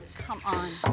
come on.